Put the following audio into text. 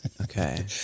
Okay